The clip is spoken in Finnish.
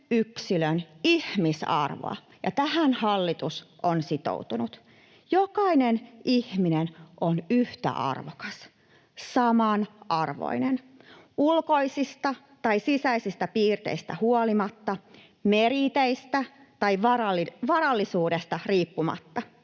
Jokainen ihminen on yhtä arvokas, samanarvoinen. Ulkoisista tai sisäisistä piirteistä huolimatta, meriiteistä tai varallisuudesta riippumatta.